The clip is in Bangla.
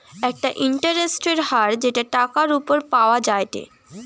একটা ইন্টারেস্টের হার যেটা টাকার উপর পাওয়া যায়টে